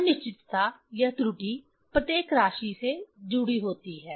अनिश्चितता या त्रुटि प्रत्येक राशि से जुड़ी होती है